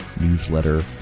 newsletter